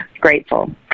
grateful